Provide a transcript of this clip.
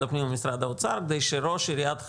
הפנים ומשרד האוצר כדי שראש עיריית חדרה,